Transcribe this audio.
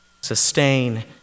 sustain